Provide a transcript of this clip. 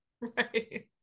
Right